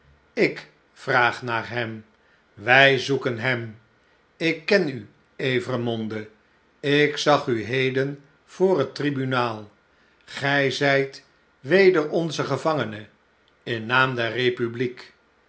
ik vraag naar hem wy zoeken hem ik ken u evremonde ik zag u heden voor het tribunaal g-jj zyt weder onze gevangene in naam der republiek